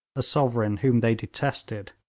a sovereign whom they detested.